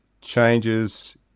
changes